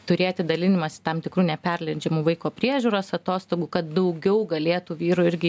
turėti dalinimąsi tam tikrų neperleidžiamų vaiko priežiūros atostogų kad daugiau galėtų vyrų irgi